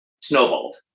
snowballed